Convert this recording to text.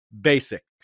basic